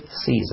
season